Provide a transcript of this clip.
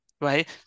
right